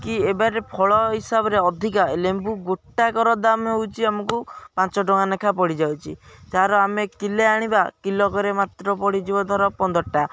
କି ଏବେର ଫଳ ହିସାବରେ ଅଧିକା ଲେମ୍ବୁ ଗୋଟାକର ଦାମ ହଉଛି ଆମକୁ ପାଞ୍ଚ ଟଙ୍କା ଲେଖାଁ ପଡ଼ିଯାଉଛି ତାହାର ଆମେ କିଲେ ଆଣିବା କିଲକରେ ମାତ୍ର ପଡ଼ିଯିବ ଧର ପନ୍ଦରଟା